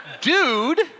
dude